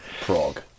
Prague